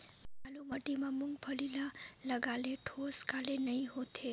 बालू माटी मा मुंगफली ला लगाले ठोस काले नइ होथे?